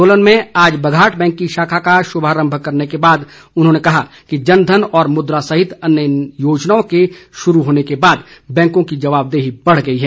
सोलन में आज बघाट बैंक की शाखा का शुभारम्भ करने के बाद उन्होंने कहा कि जनधन और मुद्रा सहित अन्य योजनाओं के शुरू होने के बाद बैंको की जवाबदेही बढ़ गई है